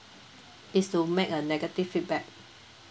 it's to make a negative feedback